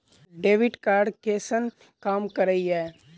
Debit card कैसन काम करेया?